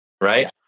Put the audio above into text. Right